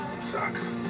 sucks